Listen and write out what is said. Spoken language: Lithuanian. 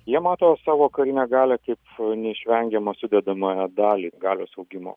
jie mato savo karinę galią kaip neišvengiamą sudedamąją dalį galios augimo